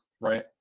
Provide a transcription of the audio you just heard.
Right